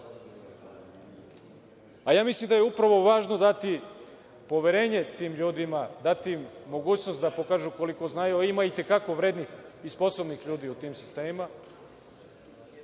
a ja mislim da je upravo važno dati poverenje tim ljudima, dati im mogućnost da pokažu koliko znaju, a ima i te kako vrednih i sposobnih ljudi u tim sistemima